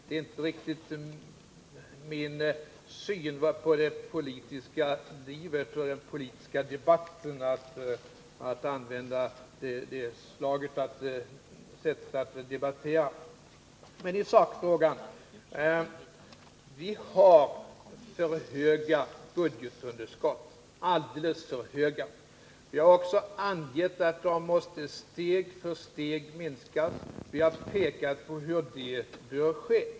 Det sättet att debattera stämmer inte riktigt överens med min syn på det politiska livet och på den politiska debatten. Så till sakfrågan: Vi har alldeles för stora budgetunderskott. Vi har också angett att dessa måste steg för steg minskas, och vi har pekat på hur det bör ske.